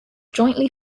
jointly